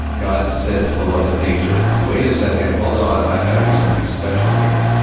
god said to the laws of nature, wait a second, hold on, i've got to do something special here.